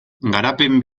garapen